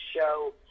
show